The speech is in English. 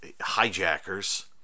hijackers